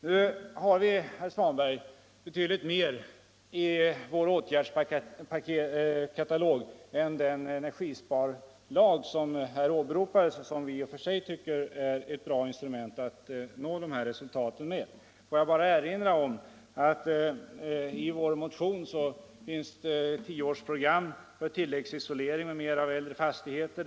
Nu har vi, herr Svanberg, betydligt mer i vår åtgärdskatalog än den energisparlag som här åberopades och som vi i och för sig tycker är ett bra instrument för att nå de här resultaten. Får jag bara erinra om att i vår motion finns ett tioårsprogram för tilläggsisolering m.m. av äldre fastigheter.